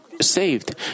saved